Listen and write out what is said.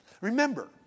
Remember